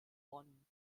bonn